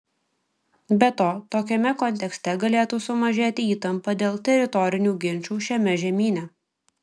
be to tokiame kontekste galėtų sumažėti įtampa dėl teritorinių ginčų šiame žemyne